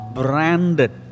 branded